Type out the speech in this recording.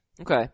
Okay